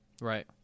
Right